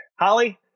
Holly